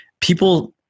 people